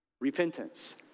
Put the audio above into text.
repentance